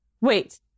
wait